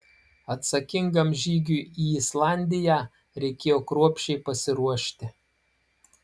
atsakingam žygiui į islandiją reikėjo kruopščiai pasiruošti